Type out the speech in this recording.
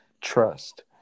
trust